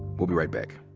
we'll be right back.